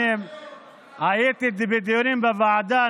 הייתי בדיונים בוועדה,